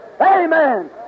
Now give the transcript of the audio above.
Amen